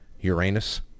Uranus